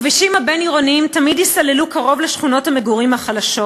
הכבישים הבין-עירוניים תמיד ייסללו קרוב לשכונות המגורים החלשות.